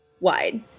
wide